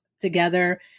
together